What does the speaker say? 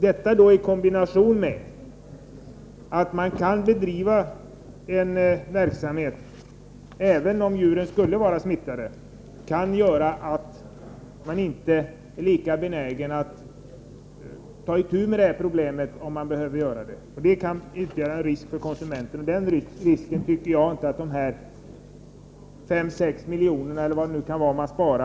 Detta i kombination med att man kan bedriva en verksamhet även om djuren skulle vara smittade, kan göra att man inte är lika benägen att ta itu med problemen. Det kan bli ytterligare en risk för konsumenten, och den risken tycker jag inte att dessa 5-6 miljoner, eller vad man kan spara, är värd.